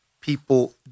people